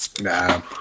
Nah